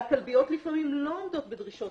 והכלביות לפעמים לא עומדות בדרישות